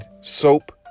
soap